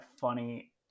funny